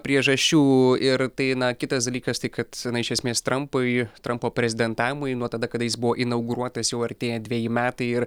priežasčių ir tai na kitas dalykas tai kad na iš esmės trampui trampo prezidentavimui nuo tada kada jis buvo inauguruotas jau artėja dveji metai ir